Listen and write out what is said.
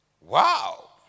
Wow